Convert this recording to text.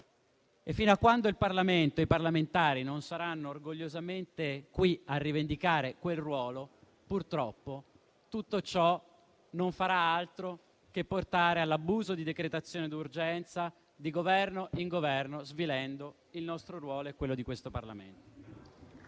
e fino a quando il Parlamento e i parlamentari non saranno orgogliosamente qui a rivendicare quel ruolo, purtroppo tutto ciò non farà altro che portare all'abuso della decretazione d'urgenza di Governo in Governo, svilendo il nostro ruolo e quello di questo Parlamento.